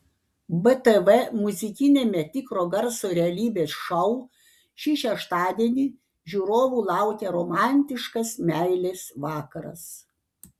btv muzikiniame tikro garso realybės šou šį šeštadienį žiūrovų laukia romantiškas meilės vakaras